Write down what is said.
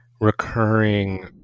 recurring